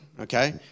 okay